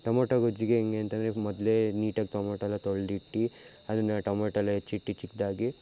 tomato ಗೊಜ್ಜಿಗೆ ಹೆಂಗೆ ಅಂತಂದರೆ ಮೊದಲೇ ನೀಟಾಗಿ ಟೊಮೊಟೊ ಎಲ್ಲ ತೊಳ್ದಿಟ್ಟು ಅದನ್ನು ಟೊಮೊಟೊ ಎಲ್ಲ ಹೆಚ್ಚಿಟ್ಟಿ ಚಿಕ್ಕದಾಗಿ